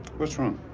what's wrong?